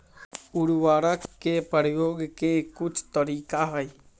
उरवरक के परयोग के कुछ तरीका हई